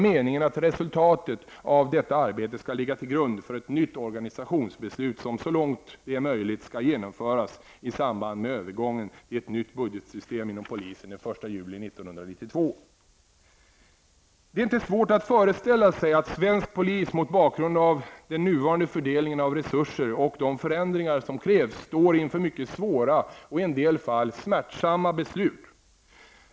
Meningen är att resultatet av detta arbete skall ligga till grund för ett nytt organisationsbeslut som så långt det är möjligt skall genomföras i samband med övergången till ett nytt budgetsystem inom polisen den 1 juli 1992. Det är inte svårt att föreställa sig att svensk polis mot bakgrund av den nuvarande fördelningen av resurser och de förändringar som krävs står inför mycket svåra och i en del fall smärtsamma beslut.